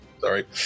sorry